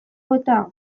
bota